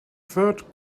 third